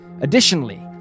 Additionally